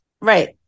right